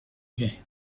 again